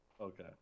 okay